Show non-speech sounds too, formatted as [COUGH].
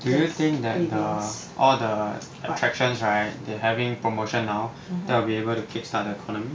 do you think that the all the attractions right they're having promotion now [NOISE] that will be able to kick-start the economy